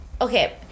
Okay